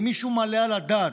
האם מישהו מעלה על הדעת,